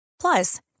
Plus